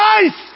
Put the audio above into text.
nice